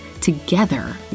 Together